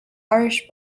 irish